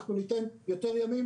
אנחנו ניתן יותר ימים,